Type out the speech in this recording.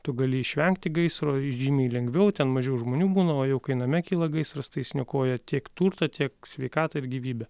tu gali išvengti gaisro žymiai lengviau ten mažiau žmonių būna o jau kai name kyla gaisras tai jis niokoja tiek turtą tiek sveikatą ir gyvybę